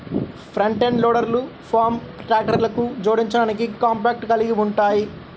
front end లోడర్లు farm ట్రాక్టర్లకు జోడించడానికి కాంపాక్ట్ కలిగి ఉంటాయి